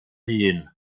hun